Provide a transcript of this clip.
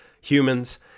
humans